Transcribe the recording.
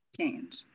change